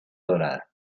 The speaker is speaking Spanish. dorada